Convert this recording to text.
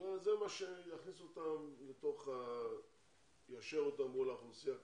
זה מה שיישר אותם מול האוכלוסייה הכללית.